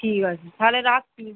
ঠিক আছে তাহলে রাখছি